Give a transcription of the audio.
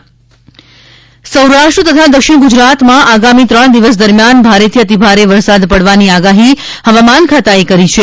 વરસાદ આગાહી સૌરાષ્ટ્ર તથા દક્ષિણ ગુજરાતમાં આગામી ત્રણ દિવસ દરમ્યાન ભારેથી અતિભારે વરસાદ પડવાની આગાહી હવામાન ખાતાએ કરી છે